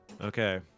Okay